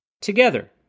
together